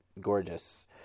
gorgeous